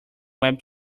web